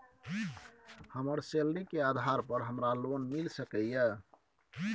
हमर सैलरी के आधार पर हमरा लोन मिल सके ये?